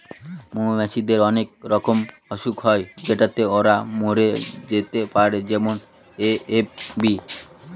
মৌমাছিদের অনেক রকমের অসুখ হয় যেটাতে ওরা মরে যেতে পারে যেমন এ.এফ.বি